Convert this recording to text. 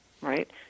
Right